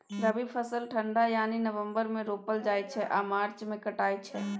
रबी फसल ठंढा यानी नवंबर मे रोपल जाइ छै आ मार्च मे कटाई छै